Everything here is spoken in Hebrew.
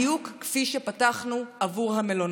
בדיוק כפי שפתחנו עבור המלונות.